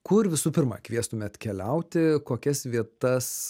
kur visų pirma kviestumėt keliauti kokias vietas